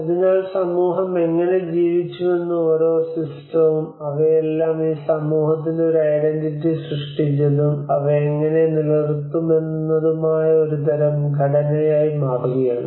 അതിനാൽ സമൂഹം എങ്ങനെ ജീവിച്ചുവെന്ന് ഓരോ സിസ്റ്റവും അവയെല്ലാം ഈ സമൂഹത്തിന് ഒരു ഐഡന്റിറ്റി സൃഷ്ടിച്ചതും അവ എങ്ങനെ നിലനിർത്താമെന്നതുമായ ഒരു തരം ഘടനയായി മാറുകയാണ്